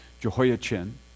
Jehoiachin